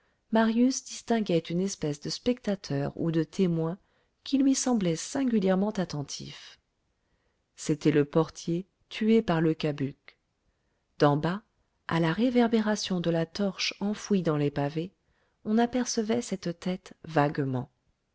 marius distinguait une espèce de spectateur ou de témoin qui lui semblait singulièrement attentif c'était le portier tué par le cabuc d'en bas à la réverbération de la torche enfouie dans les pavés on apercevait cette tête vaguement